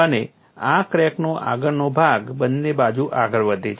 અને આ ક્રેકનો આગળનો ભાગ બંને બાજુ આગળ વધે છે